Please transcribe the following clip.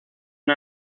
una